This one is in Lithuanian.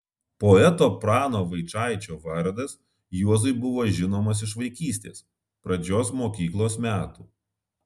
poeto prano vaičaičio vardas juozui buvo žinomas iš vaikystės pradžios mokyklos metų